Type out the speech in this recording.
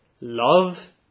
love